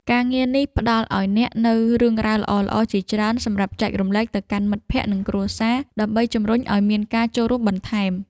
ការងារនេះផ្ដល់ឱ្យអ្នកនូវរឿងរ៉ាវល្អៗជាច្រើនសម្រាប់ចែករំលែកទៅកាន់មិត្តភក្តិ និងគ្រួសារ ដើម្បីជម្រុញឱ្យមានការចូលរួមបន្ថែម។